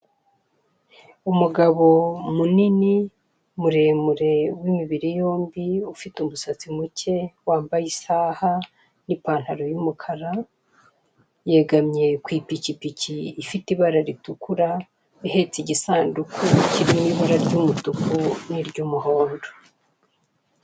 Umugabo munini muremure w'imibiri yombi ufite umusatsi muke wambaye isaha ni'ipantaro y'umukara, yegamye ku ipikipiki ifite ibara ritukura ihetse igisanduku kirimo ibara ry'umutuku n'iry'umuhondo.